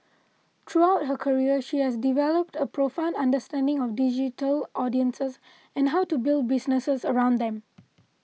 throughout her career she has developed a profound understanding of digital audiences and how to build businesses around them